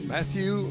Matthew